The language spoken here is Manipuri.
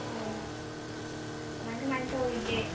ꯑꯣ ꯀꯃꯥꯏ ꯀꯃꯥꯏꯅꯇꯧꯔꯤꯒꯦ